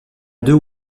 deux